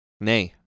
Nay